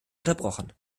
unterbrochen